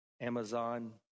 Amazon